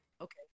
Okay